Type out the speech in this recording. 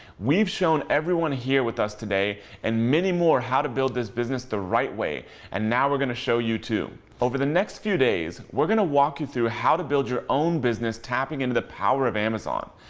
we've shown everyone here with us today and many more how to build this business the right way and now we're gonna show you, too. over the next few days, we're gonna walk you through how to build your own business tapping into the power of amazon.